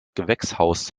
gewächshaus